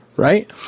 right